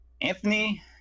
Anthony